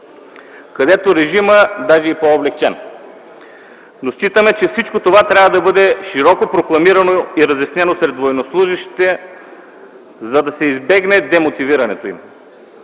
където режимът даже е и по-облекчен. Но считаме, че всичко това трябва да бъде широко прокламирано и разяснено сред военнослужещите, за да се избегне демотивирането им.